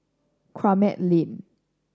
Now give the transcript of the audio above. Kramat Lane